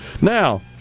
Now